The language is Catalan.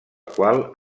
qual